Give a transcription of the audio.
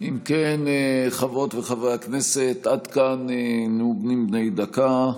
אם כן, חברות וחברי הכנסת, עד כאן נאומים בני דקה.